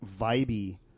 vibey